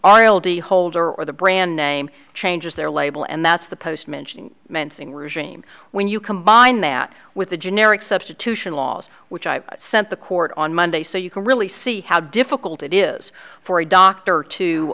r l d holder or the brand name changes their label and that's the post mentioning mensing regime when you combine that with the generic substitution laws which i sent the court on monday so you can really see how difficult it is for a doctor to